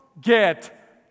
get